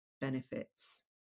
benefits